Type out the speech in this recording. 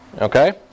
Okay